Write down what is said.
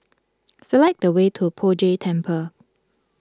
select the way to Poh Jay Temple